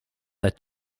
that